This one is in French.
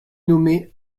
nommée